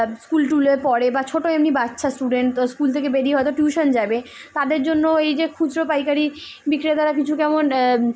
school টুলে পড়ে বা ছোটো এমনি বাচ্ছা স্টুডেন্ট তো স্কুল থেকে বেরিয়ে হয়তো টিউশন যাবে তাদের জন্য এই যে খুচরো পাইকারি বিক্রেতারা দ্বারা কিছু কেমন